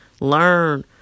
learn